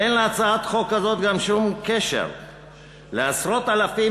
אין להצעת החוק הזאת גם שום קשר לעשרות אלפים